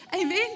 Amen